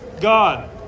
God